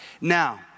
Now